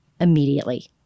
immediately